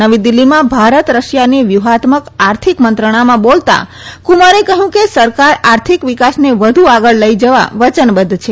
નવી દિલ્ઠીમાં ભારત રશિયાની વ્યૂહાત્મક આર્થિક મંત્રણામાં બોલતા કુમારે કહ્યું કે સરકાર આર્થિક વિકાસને વધુ આગળ લઈ જવા વચનબદ્ધ છે